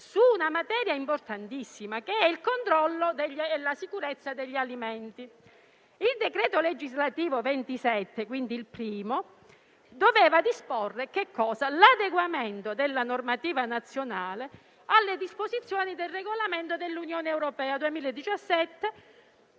su una materia importantissima relativa al controllo della sicurezza degli alimenti. Il decreto legislativo n. 27 del 2021 (quindi il primo) doveva disporre l'adeguamento della normativa nazionale alle disposizioni del Regolamento dell'Unione europea n.